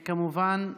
כמובן,